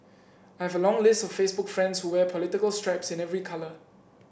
I have a long list of Facebook friends who wear political stripes in every colour